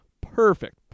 perfect